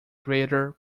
greater